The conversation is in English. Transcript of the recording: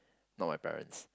not my parents